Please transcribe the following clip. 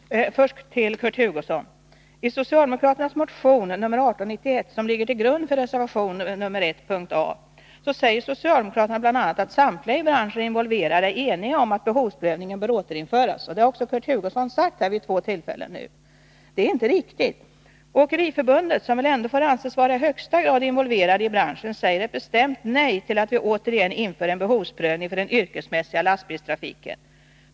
Herr talman! Först till Kurt Hugosson: I socialdemokraternas motion 1891, som ligger till grund för reservation 1, säger socialdemokraterna bl.a. att ”samtliga i branschen involverade är eniga” om att behovsprövningen bör återinföras. Det har också Kurt Hugosson sagt här vid två tillfällen. Men det är inte riktigt. Svenska åkeriförbundet, som väl ändå får anses vara i högsta grad involverat i branschen, säger ett bestämt nej till att vi återigen inför behovsprövning för den yrkesmässiga lastbilstrafiken.